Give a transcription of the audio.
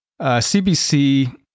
CBC